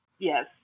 Yes